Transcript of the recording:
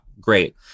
great